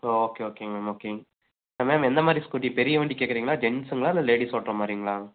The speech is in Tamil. ஓகே ஓகேங்க மேம் ஓகே மேம் எந்தமாதிரி ஸ்கூட்டி பெரிய வண்டி கேட்குறிங்களா ஜென்ட்ஸ்ஸுங்களா இல்லை லேடிஸ் ஓட்றமாதிரிங்களா